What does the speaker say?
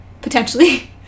potentially